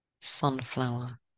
Sunflower